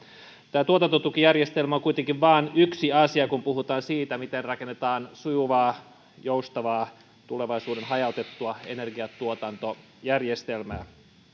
tämä tuotantotukijärjestelmä on kuitenkin vain yksi asia kun puhutaan siitä miten rakennetaan sujuvaa joustavaa tulevaisuuden hajautettua energiantuotantojärjestelmää